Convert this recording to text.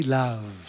love